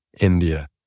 India